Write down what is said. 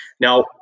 Now